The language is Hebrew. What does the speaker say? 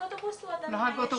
נהג אוטובוס הוא אדם מן